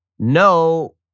No